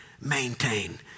maintain